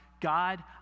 God